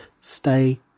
Stay